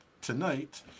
tonight